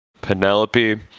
Penelope